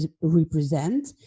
represent